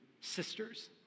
sisters